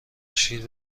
شیر